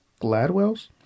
Gladwell's